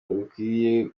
rukwiriye